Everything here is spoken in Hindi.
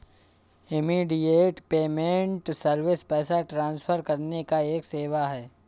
इमीडियेट पेमेंट सर्विस पैसा ट्रांसफर करने का एक सेवा है